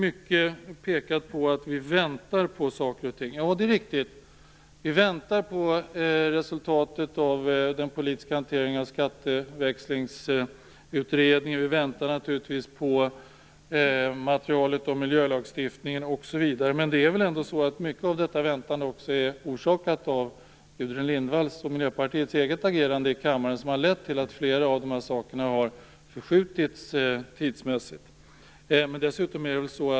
Mycket pekar på att vi väntar på saker och ting. Ja, det är riktigt att vi väntar på resultatet av den politiska hanteringen av skatteväxlingsutredningen. Vi väntar naturligtvis på materialet om miljölagstiftningen osv. Men mycket av detta väntande är orsakat av Miljöpartiets och Gudrun Lindvalls eget agerande i kammaren. Det har lett till att flera av sakerna har förskjutits tidsmässigt.